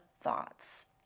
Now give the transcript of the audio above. thoughts